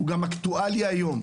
הוא גם אקטואלי היום.